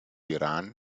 iran